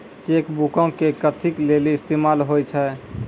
Cheque बुको के कथि लेली इस्तेमाल होय छै?